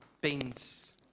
Beans